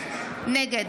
נגד